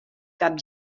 cap